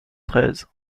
treize